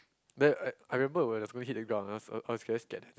then I I remember when I fully hit the ground I was I was very scared leh